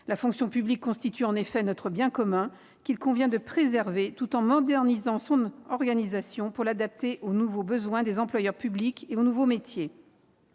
La fonction publique constitue, en effet, notre bien commun, qu'il convient de préserver, tout en modernisant son organisation pour l'adapter aux nouveaux besoins des employeurs publics et aux nouveaux métiers.